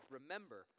Remember